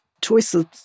choices